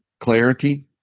Clarity